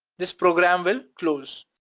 this program will close.